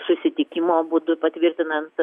susitikimo būdu patvirtinant